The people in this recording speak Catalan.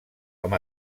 amb